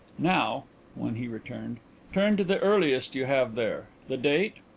now when he returned turn to the earliest you have there. the date?